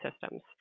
systems